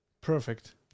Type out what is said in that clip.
Perfect